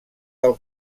del